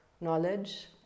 knowledge